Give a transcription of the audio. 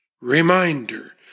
reminder